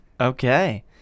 Okay